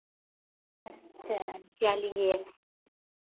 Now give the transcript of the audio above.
अच्छा चलिए